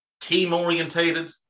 team-orientated